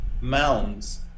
mounds